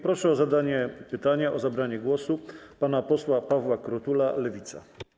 Proszę o zadanie pytania, o zabranie głosu pana posła Pawła Krutula, Lewica.